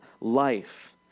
life